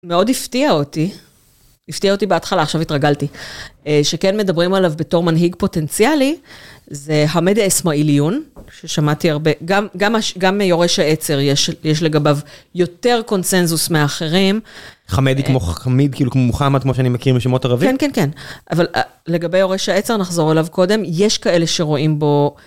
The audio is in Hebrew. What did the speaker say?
מאוד הפתיעה אותי, הפתיעה אותי בהתחלה, עכשיו התרגלתי, שכן מדברים עליו בתור מנהיג פוטנציאלי, זה חמדי אסמאיליון, ששמעתי הרבה, גם מיורש העצר יש לגביו יותר קונצנזוס מאחרים. חמדי כמו חמיד, כאילו כמו מוחמד, כמו שאני מכיר משמות ערבים? כן, כן, כן, אבל לגבי יורש העצר, נחזור אליו קודם, יש כאלה שרואים בו...